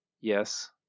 yes